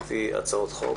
ליוויתי הצעות חוק.